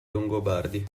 longobardi